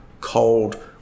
cold